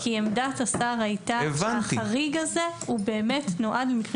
כי עמדת השר הייתה שהחריג הזה הוא באמת נועד למקרים